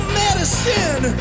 medicine